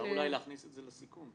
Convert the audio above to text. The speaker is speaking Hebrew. אפשר אולי להכניס את זה לסיכום.